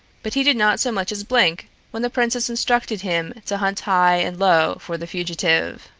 but he did not so much as blink when the princess instructed him to hunt high and low for the fugitive.